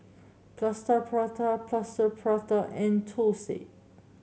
Plaster Prata Plaster Prata and thosai